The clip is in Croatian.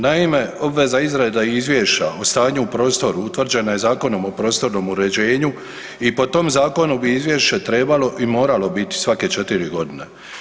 Naime, obveza izrade Izvješća o stanju u prostoru utvrđena je Zakonom o prostornom uređenju i po tom Zakonu bi Izvješće trebalo i moralo biti svake 4 godine.